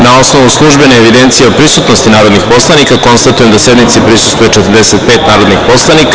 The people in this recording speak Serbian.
Na osnovu službene evidencije o prisutnosti narodnih poslanika, konstatujem da sednici prisustvuje 45 narodnih poslanika.